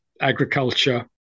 agriculture